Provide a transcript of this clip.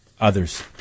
others